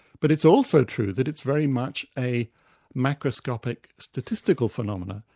but it's also true that it's very much a macroscopic, statistical phenomenon.